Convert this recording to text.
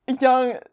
Young